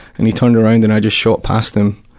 and he turned around, and i just shot past him.